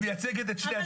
היא מייצגת את שני הצדדים.